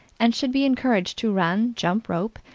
and should be encouraged to run, jump rope,